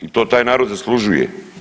I to taj narod zaslužuje.